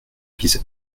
vise